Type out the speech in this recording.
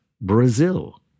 Brazil